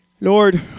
Lord